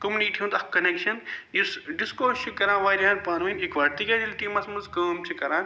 community ہُنٛد اَکھ connection یُس ڈِسکو چھُ کَران وارِیاہن پانوٲنۍ اِکوٹ تِکیٛازِ ییٚلہِ ٹیٖمس منٛز کٲم چھِ کَران